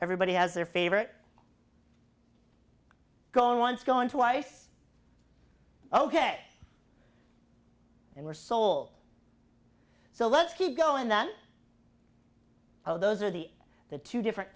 everybody has their favorite going once going to ice ok and we're soul so let's keep going then oh those are the two different